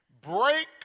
break